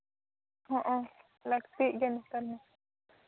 ᱦᱚᱸᱜᱼᱚ ᱞᱟᱹᱠᱛᱤᱜ ᱜᱮᱭᱟ ᱱᱮᱛᱟᱨ ᱢᱟ